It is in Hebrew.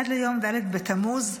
עד ליום ד' בתמוז התשפ"ה,